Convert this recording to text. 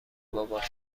بابات